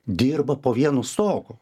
dirba po vienu stogu